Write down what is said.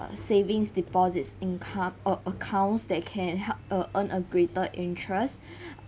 uh savings deposits income uh accounts that can help uh earn a greater interest